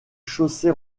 chaussée